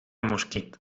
mosquit